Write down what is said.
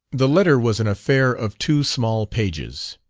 the letter was an affair of two small pages.